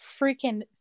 freaking